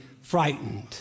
frightened